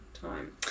time